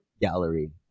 gallery